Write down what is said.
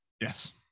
yes